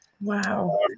Wow